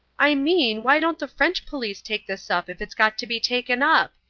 i mean, why don't the french police take this up if it's got to be taken up?